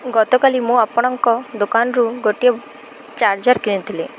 ଗତକାଲି ମୁଁ ଆପଣଙ୍କ ଦୋକାନରୁ ଗୋଟିଏ ଚାର୍ଜର କିଣିଥିଲି